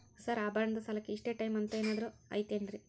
Sir ಆಭರಣದ ಸಾಲಕ್ಕೆ ಇಷ್ಟೇ ಟೈಮ್ ಅಂತೆನಾದ್ರಿ ಐತೇನ್ರೇ?